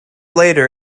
later